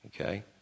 Okay